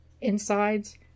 insides